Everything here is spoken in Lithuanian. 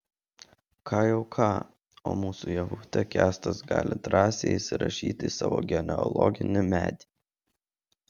ką jau ką o mūsų ievutę kęstas gali drąsiai įsirašyti į savo genealoginį medį